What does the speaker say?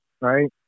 right